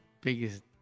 biggest